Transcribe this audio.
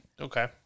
Okay